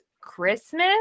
christmas